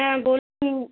হ্যাঁ